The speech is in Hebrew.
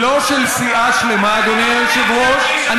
לא של סיעה שלמה, אדוני היושב-ראש.